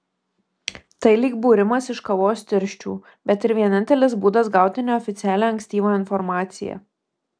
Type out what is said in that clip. tai lyg būrimas iš kavos tirščių bet ir vienintelis būdas gauti neoficialią ankstyvą informaciją